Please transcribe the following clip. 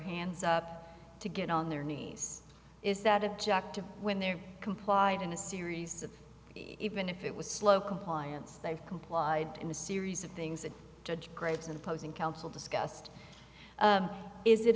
hands up to get on their knees is that objective when they're complied in a series of even if it was slow compliance they complied in the series of things that judge graves and opposing counsel discussed is it